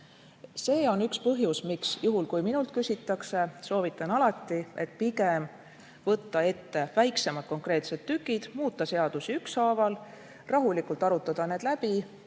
See on üks põhjus, miks juhul, kui minult küsitakse, soovitan alati, et pigem võtta ette väiksemad konkreetsed tükid, muuta seadusi ükshaaval, rahulikult arutada need läbi,